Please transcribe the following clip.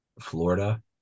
Florida